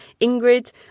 Ingrid